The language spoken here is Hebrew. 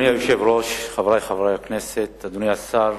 אדוני היושב-ראש, חברי חברי הכנסת, אדוני השר,